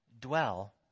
dwell